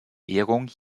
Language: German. ehrung